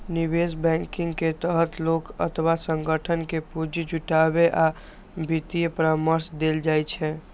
निवेश बैंकिंग के तहत लोग अथवा संगठन कें पूंजी जुटाबै आ वित्तीय परामर्श देल जाइ छै